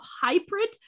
hybrid